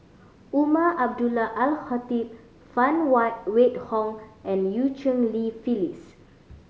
Umar Abdullah Al Khatib Phan Wait Hong and Eu Cheng Li Phyllis